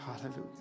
hallelujah